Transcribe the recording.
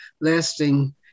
lasting